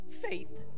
faith